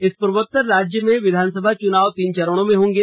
इस पूर्वोत्तर राज्य में विधानसभा चुनाव तीन चरणों में होंगे